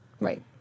Right